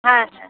হ্যাঁ হ্যাঁ